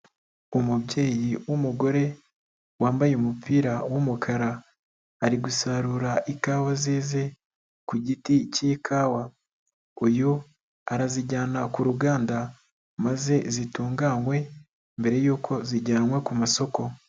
Umubyeyi w'umugore wambaye umupira w'umukara, ari gusarura ikawa zeze ku giti k'ikawa. Uyu arazijyana ku ruganda maze zitunganywe, mbere y'uko zijyanwa ku masoko.